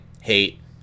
hate